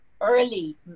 early